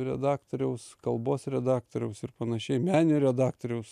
redaktoriaus kalbos redaktoriaus ir panašiai meninio redaktoriaus